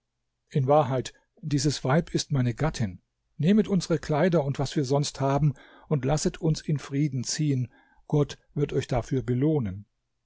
in wahrheit dieses weib ist meine gattin nehmet unsere kleider und was wir sonst haben und lasset uns in frieden ziehen gott wird euch dafür belohnen